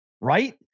Right